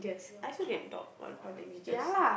I also can talk what what languages